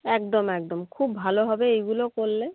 একদম একদম খুব ভালো হবে এইগুলো করলে